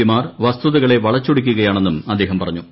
പിമാർ വസ്തുതകളെ വളച്ചൊടിക്കുകയാണെന്നും അദ്ദേഹം പറഞ്ഞു